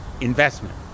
investment